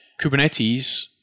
Kubernetes